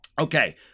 Okay